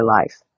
life